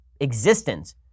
existence